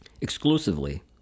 exclusively